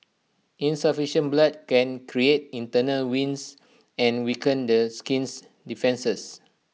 insufficient blood can create internal wings and weaken the skin's defences